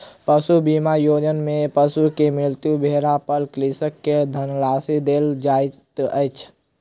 पशु बीमा योजना में पशु के मृत्यु भेला पर कृषक के धनराशि देल जाइत अछि